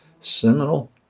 seminal